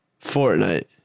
Fortnite